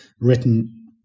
written